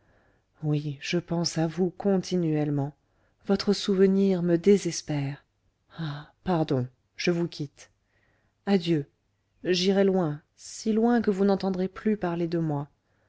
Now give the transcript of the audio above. oui je pense à vous continuellement votre souvenir me désespère ah pardon je vous quitte adieu j'irai loin si loin que vous n'entendrez plus parler de moi